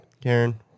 Karen